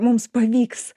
mums pavyks